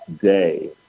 day